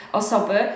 osoby